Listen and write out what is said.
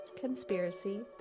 conspiracy